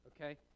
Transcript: okay